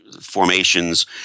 formations